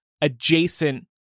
adjacent